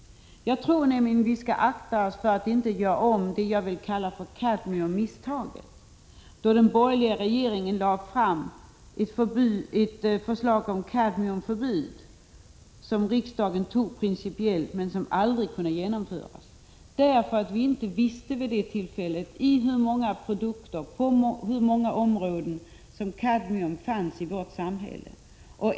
Jag tror nämligen att vi skall akta oss för att göra om det som jag kallar för kadmiummisstaget. Jag syftar då på det tillfälle då den borgerliga regeringen lade fram ett förslag om förbud mot kadmium. Riksdagen antog detta förslag principiellt, men det kunde aldrig genomföras, eftersom vi vid detta tillfälle inte visste i hur många produkter och på hur många områden i vårt samhälle som kadmium fanns.